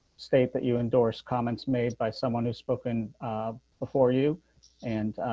state that you endorse comments made by someone who's spoken before you and